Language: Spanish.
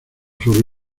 sus